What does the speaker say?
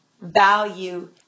value